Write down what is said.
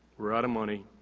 we're out of money,